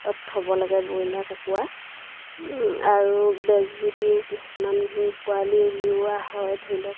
অ থব লাগে ব্ৰইলাৰ কুকুৰা আৰু বেজী দিও কিছুমান পোৱালি উলিওৱা হয় ধৰি লওক